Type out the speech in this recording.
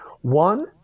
One